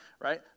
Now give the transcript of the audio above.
Right